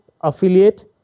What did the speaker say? affiliate